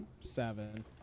Seven